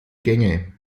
gänge